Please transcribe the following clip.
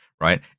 Right